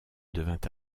devint